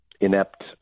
inept